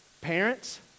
Parents